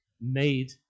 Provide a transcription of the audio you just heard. made